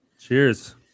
cheers